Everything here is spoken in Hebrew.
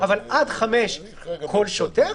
אבל עד 5,000 כל שוטר,